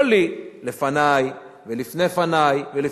לא לי, לפני, ולפנֵי לפנַי.